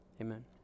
amen